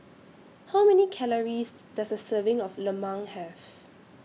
How Many Calories Does A Serving of Lemang Have